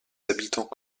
habitants